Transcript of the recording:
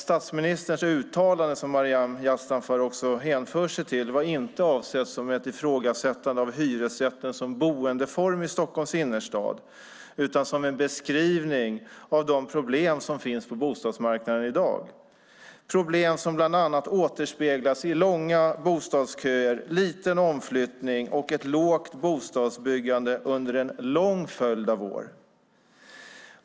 Statsministerns uttalande, som Maryam Yazdanfar hänför sig till, var inte avsett som ett ifrågasättande av hyresrätten som boendeform i Stockholms innerstad utan som en beskrivning av de problem som finns på bostadsmarknaden i dag. Det är problem som bland annat återspeglas i långa bostadsköer, liten omflyttning och ett lågt bostadsbyggande under en lång följd av år.